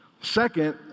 second